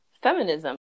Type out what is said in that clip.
feminism